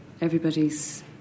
everybody's